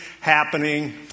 happening